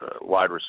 wide